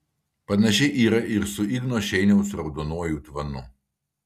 panašiai yra ir su igno šeiniaus raudonuoju tvanu